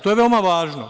To je veoma važno.